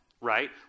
right